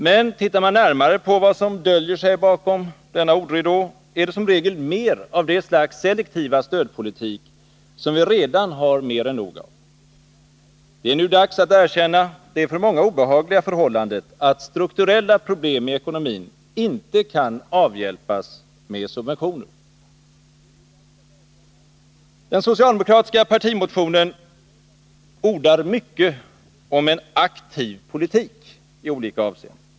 Men ser man närmare på vad som döljer sig bakom denna ordridå, är det som regel mer av det slags selektiva stödpolitik som vi redan har mer än nog av. Det är nu dags att erkänna det för många obehagliga förhållandet att strukturella problem i ekonomin inte kan avhjälpas med subventioner. I den socialdemokratiska partimotionen ordas mycket om en aktiv politik i olika avseenden.